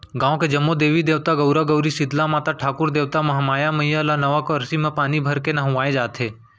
गाँव के जम्मो देवी देवता, गउरा गउरी, सीतला माता, ठाकुर देवता, महामाई मईया ल नवा करसी म पानी भरके नहुवाए जाथे